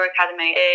Academy